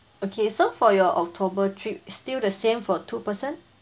okay so for your october trip still the same for two person